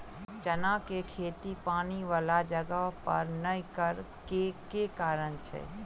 चना केँ खेती पानि वला जगह पर नै करऽ केँ के कारण छै?